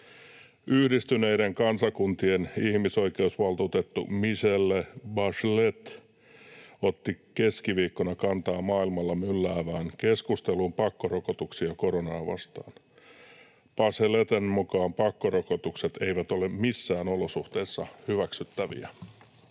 Yhdistyneiden kansakuntien ihmisoikeusvaltuutettu Michelle Bachelet otti keskiviikkona kantaa maailmalla mylläävään keskusteluun pakkorokotuksista koronaa vastaan. Bachelet’n mukaan pakkorokotukset eivät ole missään olosuhteissa hyväksyttäviä.